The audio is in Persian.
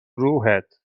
روحت